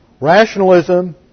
Rationalism